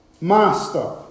Master